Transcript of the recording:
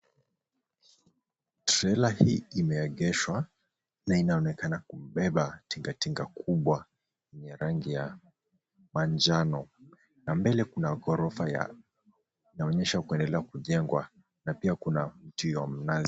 Trela hii imeegeshwa na inaonekana kubeba tinga tinga kubwa yenye rangi ya manjano na mbele kuna ghorofa ya inaonyesha kuendelea kujengwa na pia kuna mti wa mnazi.